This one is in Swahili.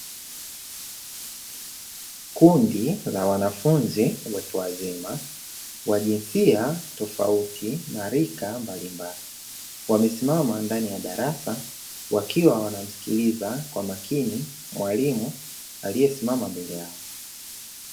Kundi la wanafunzi watu wazima wa jinsia tofauti na rika mbalimbali, wamesimama ndani ya darasa wakiwa wanamsikiliza kwa makini mwalimu aliyesimama mbele yao.